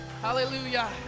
hallelujah